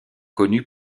connu